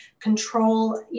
control